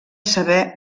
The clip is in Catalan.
saber